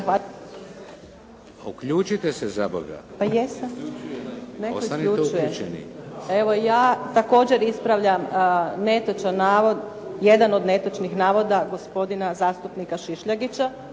isključuje. … /Upadica: Ostanite uključeni./ … Evo ja također ispravljam netočan navod, jedan od netočnih navoda gospodina zastupnika Šišljagića.